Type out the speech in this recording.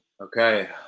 Okay